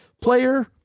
player